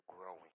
growing